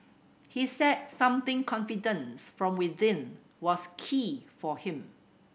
he said something confidence from within was key for him